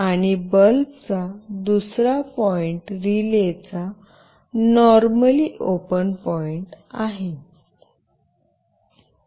आणि बल्बचा दुसरा पॉईंट रिलेचा नॉर्मली ओपन पॉईंट आहे